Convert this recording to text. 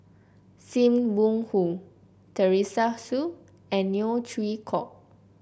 Sim Wong Hoo Teresa Hsu and Neo Chwee Kok